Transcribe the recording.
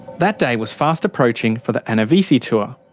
that day was fast approaching for the anna vissi tour.